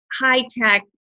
high-tech